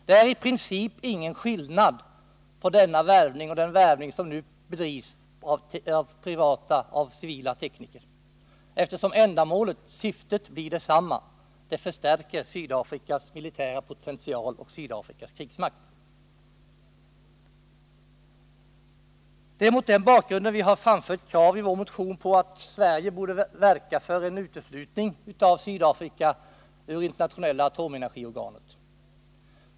Det är i princip ingen skillnad mellan den värvningen och den värvning av civila tekniker som nu bedrivs, eftersom syftet blir detsamma, nämligen att förstärka Sydafrikas militära potential och dess krigsmakt. Det är mot denna bakgrund vi i vår motion har framfört kravet på att Sverige borde verka för en uteslutning av Sydafrika ur det internationella atomenergiorganet.